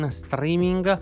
streaming